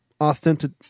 authentic